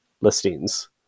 listings